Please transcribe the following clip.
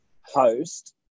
host